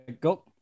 go